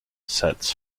sets